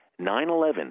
9-11